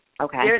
Okay